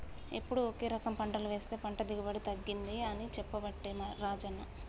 ఎప్పుడు ఒకే రకం పంటలు వేస్తె పంట దిగుబడి తగ్గింది అని చెప్పబట్టే రాజన్న